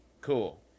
Cool